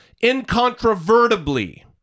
incontrovertibly